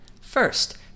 First